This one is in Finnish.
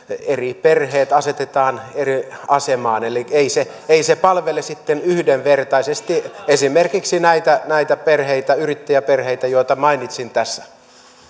eri perheet asetetaan eri asemaan eli ei se ei se palvele sitten yhdenvertaisesti esimerkiksi näitä näitä perheitä yrittäjäperheitä joita mainitsin tässä